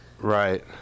Right